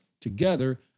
together